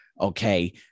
okay